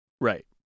right